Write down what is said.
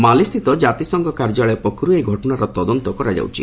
ମାଲିସ୍ଥିତ କାର୍ଯ୍ୟାଳୟ ପକ୍ଷର୍ ଏହି ଘଟଣାର ତଦନ୍ତ କରାଯାଉଛି